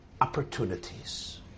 opportunities